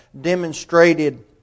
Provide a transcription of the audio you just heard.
demonstrated